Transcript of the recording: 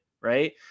right